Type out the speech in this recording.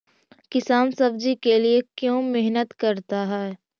किसान सब्जी के लिए क्यों मेहनत करता है?